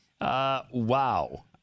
Wow